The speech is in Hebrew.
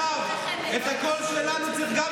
הקול שלנו נחשב.